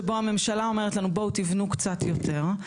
שבו הממשלה אומרת לנו בואו תבנו קצת יותר,